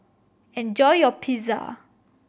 enjoy your Pizza